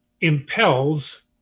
impels